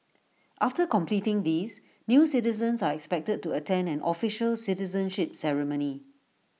after completing these new citizens are expected to attend an official citizenship ceremony